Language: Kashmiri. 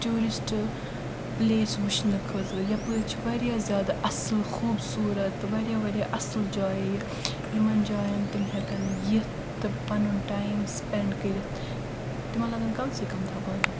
ٹیوٗرسٹ پلیس وٕچھنہٕ خٲطرٕ یپٲرۍ چھِ واریاہ زیادٕ اصل خوٗبصوٗرت تہٕ واریاہ واریاہ اصل جایہِ یِمن جاین تِم ہٮ۪کن یِتھ تہٕ پنُن ٹایِم سپٮ۪نڈ کٔرتھ تِمن لگن کم سے کم دہ بہہ دۄہ